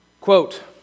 Quote